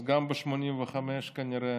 אז גם ב-1985 כנראה